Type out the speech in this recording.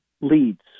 leads